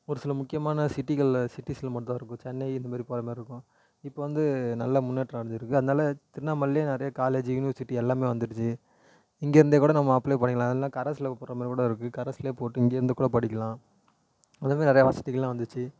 ஒரு சில முக்கியமான சிட்டிகளில் சிட்டிஸில் மட்டும்தான் இருக்கும் சென்னை இந்தமாரி போகிற மாரி இருக்கும் இப்போ வந்து நல்லா முன்னேற்றம் அடஞ்சுருக்கு அதனால திருவண்ணாமலையில் நிறையா காலேஜ் யுனிவர்சிட்டி எல்லாம் வந்துடுச்சு இங்கேருந்தேக்கூட நம்ம அப்ளை பண்ணிக்கலாம் இல்லைன்னா கரஸில் போடுற மாதிரிக்கூட இருக்குது கரஸில் போட்டு இங்கே இருந்துக்கூட படிக்கலாம் அந்தமாரி நிறையா வசதிகள்லாம் வந்துருச்சு